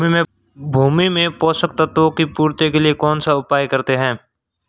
भूमि में पोषक तत्वों की पूर्ति के लिए कौनसा उपाय करते हैं?